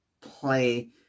play